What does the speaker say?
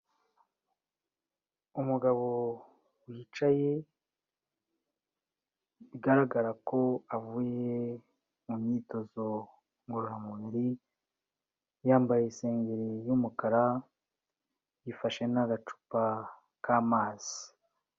Uumugabo wicaye bigaragara ko avuye mu myitozo ngororamubiri, yambaye isengeri y'umukara afashe n'agacupa k'amazi.